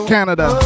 Canada